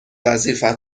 وظیفه